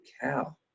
cow